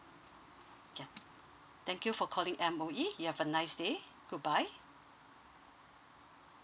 ya thank you for calling M_O_E you have a nice day goodbye